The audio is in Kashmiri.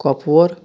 کۄپوور